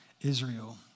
Israel